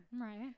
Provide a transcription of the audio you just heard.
right